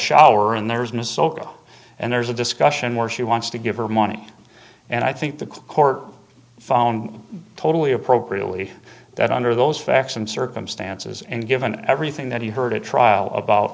shower and there isn't a soca and there's a discussion where she wants to give her money and i think the court found totally appropriately that under those facts and circumstances and given everything that he heard at trial about